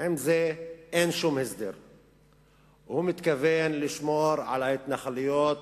זה אין שום הסדר, הוא מתכוון לשמור על ההתנחלויות,